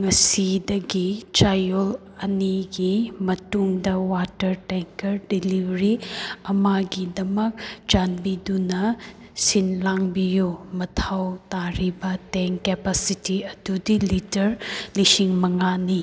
ꯉꯁꯤꯗꯒꯤ ꯆꯌꯣꯜ ꯑꯅꯤꯒꯤ ꯃꯇꯨꯡꯗ ꯋꯥꯇꯔ ꯇꯦꯡꯀꯔ ꯗꯤꯂꯤꯚꯔꯤ ꯑꯃꯒꯤꯗꯃꯛ ꯆꯥꯟꯕꯤꯗꯨꯅ ꯁꯤꯟ ꯂꯥꯡꯕꯤꯌꯨ ꯃꯊꯧ ꯇꯥꯔꯤꯕ ꯇꯦꯡ ꯀꯦꯄꯥꯁꯤꯇꯤ ꯑꯗꯨꯗꯤ ꯂꯤꯇꯔ ꯂꯤꯁꯤꯡ ꯃꯉꯥꯅꯤ